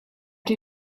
czy